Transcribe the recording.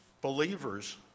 believers